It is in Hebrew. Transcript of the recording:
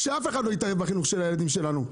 ושאף אחד לא יתערב בחינוך של הילדים שלננו.